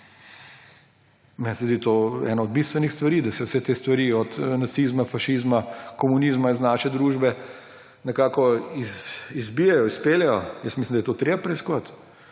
Meni se zdi to ena od bistvenih stvari, da se vse te stvari, od nacizma, fašizma, komunizma iz naše družbe nekako izbijejo, izpeljejo. Jaz mislim, da je to treba preiskovati.